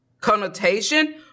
connotation